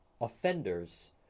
offenders